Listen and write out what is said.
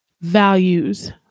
values